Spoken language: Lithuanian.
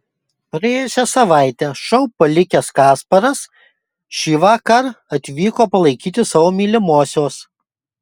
praėjusią savaitę šou palikęs kasparas šįvakar atvyko palaikyti savo mylimosios